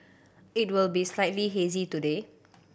it will be slightly hazy today